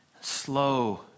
slow